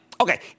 Okay